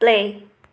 play